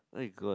my god